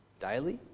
daily